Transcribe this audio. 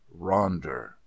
Ronder